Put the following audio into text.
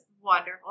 wonderful